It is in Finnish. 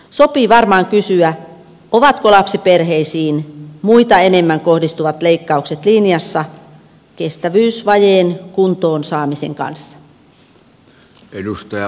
sopii varmaan kysyä ovatko lapsiperheisiin muita enemmän kohdistuvat leikkaukset linjassa kestävyysvajeen kuntoon saamisen kanssa